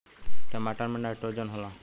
टमाटर मे नाइट्रोजन होला?